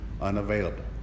unavailable